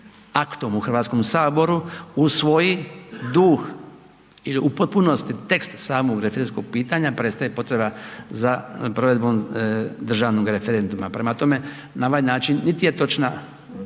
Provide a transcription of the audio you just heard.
aktom u Hrvatskom saboru usvoji duh ili u potpunosti tekst samog referendumskog pitanja, prestaje potreba za provedbom državnog referenduma. Prema tome, na ovaj način niti je točna,